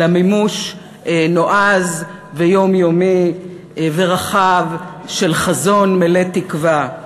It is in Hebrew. אלא מימוש נועז ויומיומי ורחב של חזון מלא תקווה.